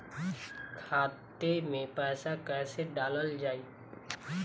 खाते मे पैसा कैसे डालल जाई?